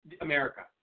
America